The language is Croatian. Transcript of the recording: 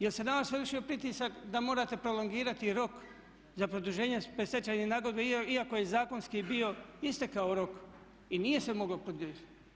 Jer se na vas vršio pritisak da morate prolongirati rok za produženje predstečajne nagodbe iako je zakonski bio istekao rok i nije se moglo pogriješiti?